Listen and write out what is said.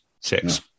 Six